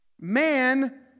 Man